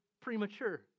premature